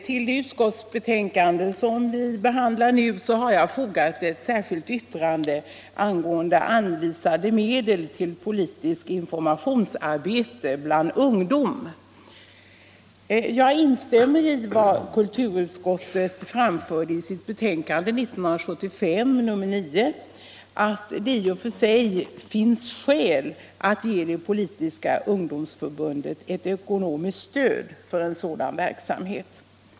Till det utskottsbetänkande som vi nu behandlar har jag fogat ett särskilt yttrande om anvisande av medel till politiskt informationsarbete bland ungdomar: Jag instämmer i vad kulturutskottet anförde i sitt betänkande 1975:9, nämligen att det i och för sig finns skäl att ge de politiska ungdomsförbunden ett ekonomiskt stöd för sådan verksamhet.